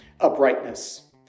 uprightness